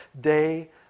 day